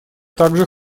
также